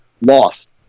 lost